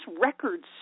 records